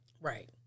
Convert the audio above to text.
Right